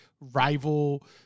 rival